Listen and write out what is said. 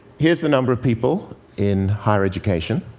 here's the number of people in higher education.